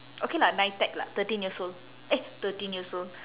okay lah nitec lah thirteen years old eh thirteen years old